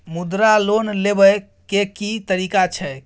मुद्रा लोन लेबै के की तरीका छै?